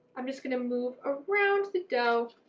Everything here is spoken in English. i'm just going to move around the dough,